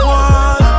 one